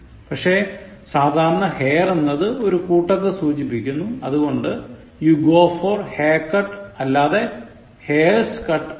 പക്ഷേ സാധാരണ hair എന്നത് ഒരു കൂട്ടത്തെ സൂചിപ്പിക്കുന്നു അതുകൊണ്ട് you go for haircut അല്ലാതെ hairs cut അല്ല